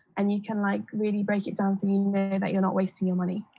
and you can like really break it down to i mean but you're not wasting your money?